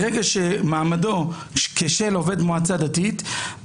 ברגע שמעמדו כשל עובד מועצה דתית,